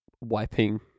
wiping